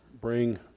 bring